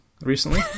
recently